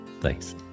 Thanks